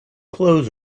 clothes